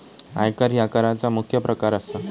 आयकर ह्या कराचा मुख्य प्रकार असा